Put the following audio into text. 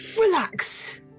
Relax